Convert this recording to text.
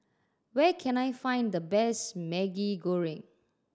where can I find the best Maggi Goreng